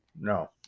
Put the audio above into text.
no